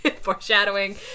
foreshadowing